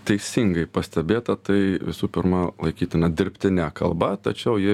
teisingai pastebėta tai visų pirma laikytina dirbtine kalba tačiau ji